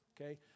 Okay